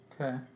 Okay